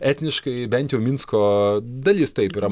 etniškai bent jau minsko dalis taip yra